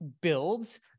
builds